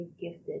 gifted